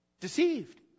deceived